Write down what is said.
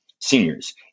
seniors